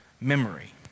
memory